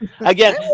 Again